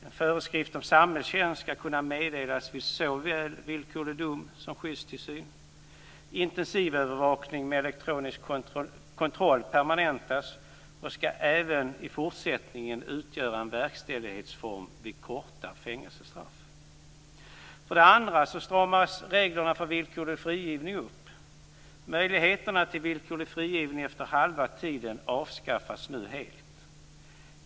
En föreskrift om samhällstjänst skall kunna meddelas vid såväl villkorlig dom som skyddstillsyn. Intensivövervakning med elektronisk kontroll permanentas och skall i fortsättningen även utgöra en verkställighetsform vid korta fängelsestraff. För det andra stramas reglerna för villkorlig frigivning upp. Möjligheterna till villkorlig frigivning efter halva tiden avskaffas nu helt.